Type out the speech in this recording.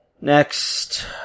Next